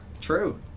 True